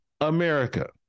America